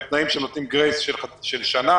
הם תנאים שנותנים גרייס של שנה.